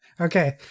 Okay